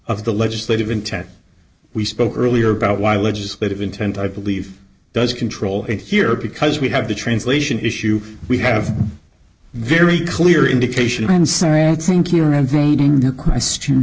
of the legislative intent we spoke earlier about why legislative intent i believe does control it here because we have the translation issue we have very clear indication